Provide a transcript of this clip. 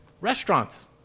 restaurants